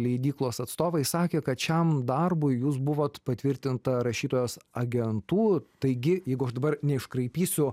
leidyklos atstovai sakė kad šiam darbui jūs buvot patvirtinta rašytojos agentų taigi jeigu aš dabar neiškraipysiu